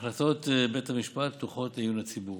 החלטות בית המשפט פתוחות לעיון הציבור.